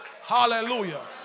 Hallelujah